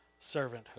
servanthood